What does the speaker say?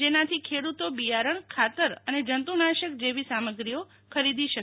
જેનાથી ખેડૂતો બિયારણ ખાતર અને જંતુનાશક જેવી સામગ્રીખો ખરીદી શકે